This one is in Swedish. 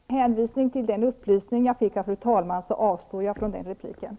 Fru talman! Med hänvisning till den upplysning jag fick av fru talmannen avstår jag från ytterligare replik.